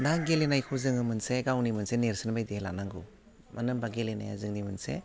ना गेलेनायखौ जोङो मोनसे गावनि मोनसे नेरसोन बायदि लानांगौ मानो होमबा गेलेनाया जोंनि मोनसे